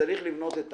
צריך לבנות את